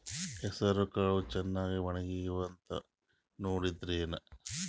ಹೆಸರಕಾಳು ಛಂದ ಒಣಗ್ಯಾವಂತ ನೋಡಿದ್ರೆನ?